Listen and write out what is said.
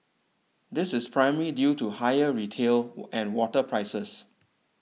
this is primarily due to higher retail and water prices